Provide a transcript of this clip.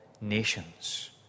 nations